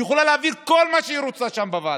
היא יכולה להעביר כל מה שהיא רוצה שם בוועדה,